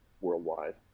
worldwide